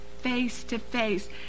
face-to-face